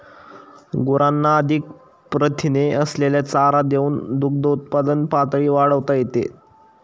गुरांना अधिक प्रथिने असलेला चारा देऊन दुग्धउत्पादन पातळी वाढवता येते